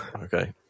okay